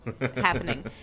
happening